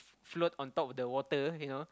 float on top of the water you know